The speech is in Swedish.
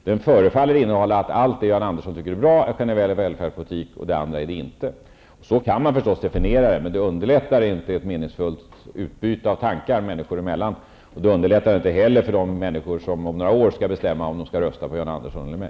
Den förefaller att innebära att allt som Jan Andersson tycker är bra är generell välfärdspolitik, och det andra är det inte. Så kan man naturligtvis definiera en generell välfärdspolitik, men det underlättar inte ett meningsfullt utbyte av tankar människor emellan, och det underlättar inte heller för de människor som om några år skall bestämma om de skall rösta på Jan Andersson eller mig.